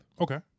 Okay